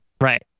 Right